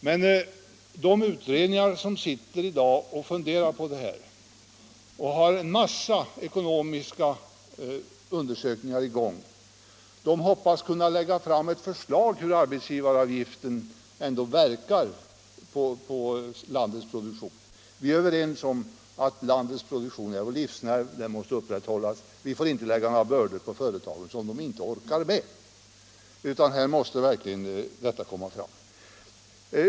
Men de utredningar som i dag sitter och funderar på detta — och har en massa ekonomiska undersökningar i gång —- hoppas kunna lägga fram ett förslag när det gäller hur arbetsgivaravgiften ändå verkar på landets produktion. Vi är ju överens om att produktionen är landets livsnerv — den måste upprätthållas. Vi får inte lägga några bördor på företagen som de inte = Nr 7 orkar med, utan här måste verkligen detta beaktas.